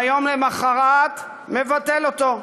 וביום למוחרת מבטל אותו.